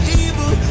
evil